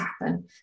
happen